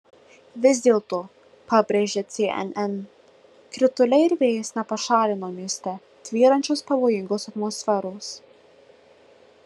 vis dėlto pabrėžia cnn krituliai ir vėjas nepašalino mieste tvyrančios pavojingos atmosferos